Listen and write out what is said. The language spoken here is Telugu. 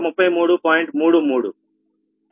33